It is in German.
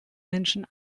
menschen